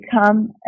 become